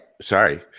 Sorry